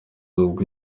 ubwo